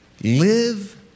Live